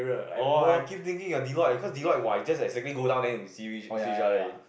oh I keep thinking you are Deliotte cause Deliotte !wah! you just exactly go down then we see which each other already